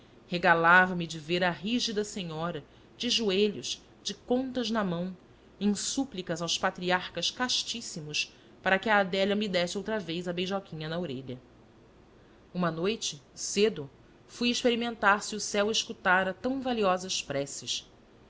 oratório regalava me de ver a rígida senhora de joelhos contas na mão em súplicas aos patriarcas castíssimos para que a adélia me desse outra vez a beijoquinha na orelha uma noite cedo fui experimentar se o céu escutara tão valiosas